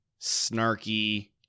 snarky